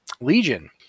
Legion